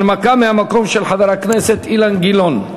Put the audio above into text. הנמקה מהמקום של חבר הכנסת אילן גילאון.